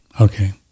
Okay